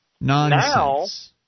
Nonsense